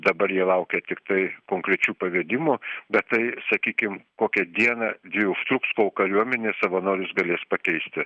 dabar jie laukia tiktai konkrečių pavedimų bet tai sakykim kokią dieną dvi užtruks kol kariuomenės savanorius galės pakeisti